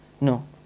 No